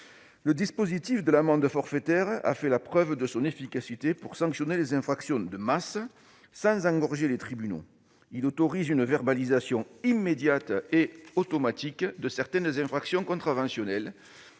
Le dispositif de l'amende forfaitaire a fait la preuve de son efficacité pour sanctionner des infractions « de masse », sans engorger les tribunaux. Il autorise une verbalisation immédiate et automatique de certaines infractions contraventionnelles,